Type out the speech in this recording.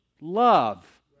love